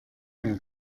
mehr